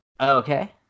okay